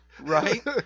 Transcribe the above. right